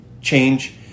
change